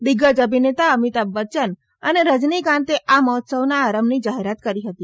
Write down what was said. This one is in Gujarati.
દિગ્ગજ અભિનેતા અમિતાભ બચ્યન અને રજનીકાંતે આ મહોત્સવના આરંભની જાહેરાત કરી હતી